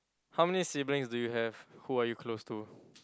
how many siblings do you have who are you close to